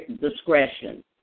discretion